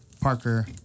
Parker